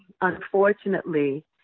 Unfortunately